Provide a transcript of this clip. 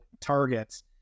targets